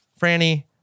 Franny